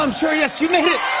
um sure. yes, you made it!